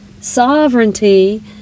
sovereignty